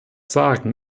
sagen